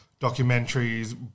documentaries